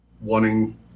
wanting